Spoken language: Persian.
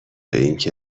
اینکه